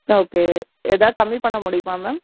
okay எதாவது கம்மி பண்ண முடியுமா மேம்